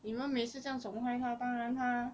你们每次这样总宠坏她当然她